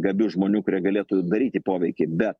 gabių žmonių kurie galėtų daryti poveikį bet